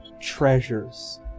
treasures